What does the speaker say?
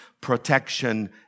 protection